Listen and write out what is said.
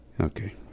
Okay